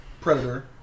predator